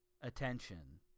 attention